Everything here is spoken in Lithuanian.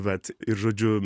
vat ir žodžiu